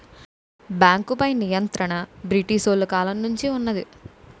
బేంకుపై నియంత్రణ బ్రిటీసోలు కాలం నుంచే వున్నది